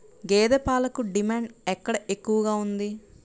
గేదె పాలకు డిమాండ్ ఎక్కడ ఎక్కువగా ఉంది?